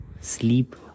sleep